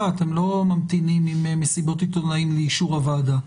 אתם לא ממתינים עם מסיבות עיתונאים לאישור הוועדה,